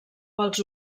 pels